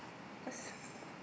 cause